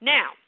Now